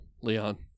Leon